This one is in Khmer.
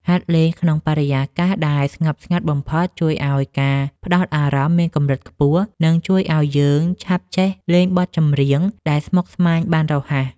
ហាត់លេងក្នុងបរិយាកាសដែលស្ងប់ស្ងាត់បំផុតជួយឱ្យការផ្ដោតអារម្មណ៍មានកម្រិតខ្ពស់ និងជួយឱ្យយើងឆាប់ចេះលេងបទចម្រៀងដែលស្មុគស្មាញបានរហ័ស។